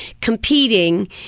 competing